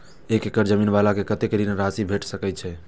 एक एकड़ जमीन वाला के कतेक ऋण राशि भेट सकै छै?